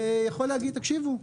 ויכול להגיד "תקשיבו,